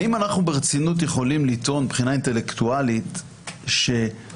האם אנחנו ברצינות יכולים לטעון מבחינה אינטלקטואלית שמותר